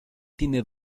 tiene